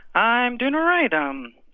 i'm doing all right. um